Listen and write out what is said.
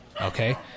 Okay